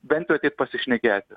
bent jau ateit pasišnekėti